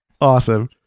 Awesome